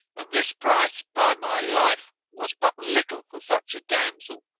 and this price, by my life! was but little for such a damsel.